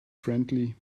friendly